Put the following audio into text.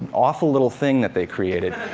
awful little thing that they created.